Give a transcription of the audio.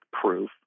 proof